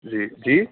جی جی